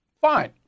Fine